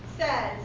says